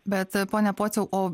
bet pone pociau o